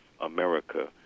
America